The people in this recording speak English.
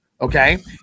okay